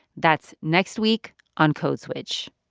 that's next week on code switch.